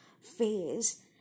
phase